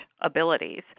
abilities